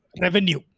revenue